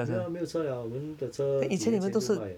没有啊没有车 liao 我们的车几年前就卖